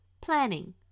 Planning